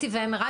CT ו-MRI,